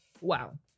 Wow